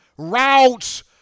routes